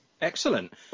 Excellent